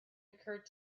occurred